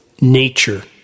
nature